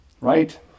right